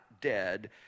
dead